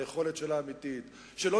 ליכולת האמיתית שלה,